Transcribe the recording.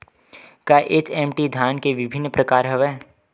का एच.एम.टी धान के विभिन्र प्रकार हवय?